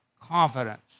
confidence